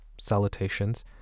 salutations